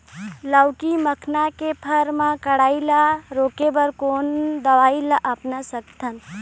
लाउकी मखना के फर मा कढ़ाई ला रोके बर कोन दवई ला अपना सकथन?